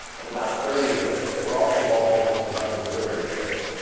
over about thirty years, that were also walpole's most productive literary years,